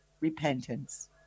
repentance